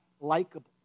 likable